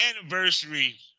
anniversary